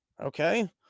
Okay